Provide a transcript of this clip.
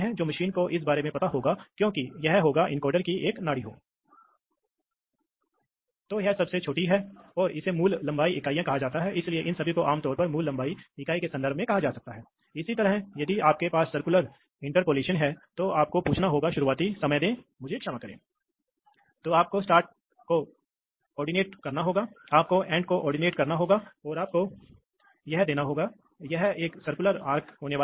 तो और यह भी नहीं दिखाया गया है कि क्या है एक पायलट दबाव स्रोत भी है इसलिए एक पायलट दबाव स्रोत है जो एक निरंतर उच्च दबाव है अब क्या होता है नोजल की स्थिति को बदलने से देखें कि क्या होता है यदि आप कर सकते हैं यदि यह नोजल बहुत दूर है तो यह पायलट दबाव कम होने वाला है और यहीं से नोजल पर से वायुमंडल में चला जाता है